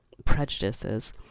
prejudices